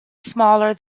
smaller